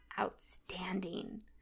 outstanding